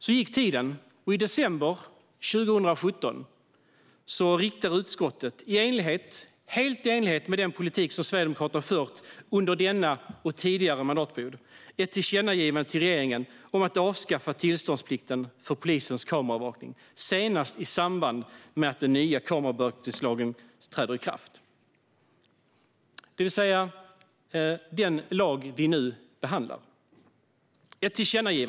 Så gick tiden, och i december 2017 riktade utskottet, helt i enlighet med den politik som Sverigedemokraterna fört under denna och tidigare mandatperiod, ett tillkännagivande till regeringen om att avskaffa tillståndsplikten för polisens kameraövervakning senast i samband med att den nya kamerabevakningslagen träder i kraft, det vill säga den lag vi nu behandlar.